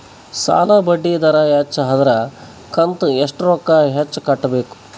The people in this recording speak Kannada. ಸಾಲಾ ಬಡ್ಡಿ ದರ ಹೆಚ್ಚ ಆದ್ರ ಕಂತ ಎಷ್ಟ ರೊಕ್ಕ ಹೆಚ್ಚ ಕಟ್ಟಬೇಕು?